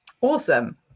Awesome